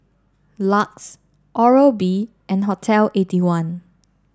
LUX Oral B and Hotel eighty one